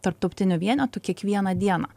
tarptautinių vienetų kiekvieną dieną